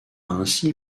ainsi